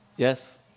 Yes